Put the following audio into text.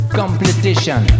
competition